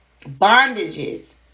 bondages